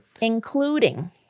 including